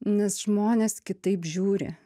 nes žmonės kitaip žiūri